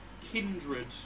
kindred